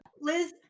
liz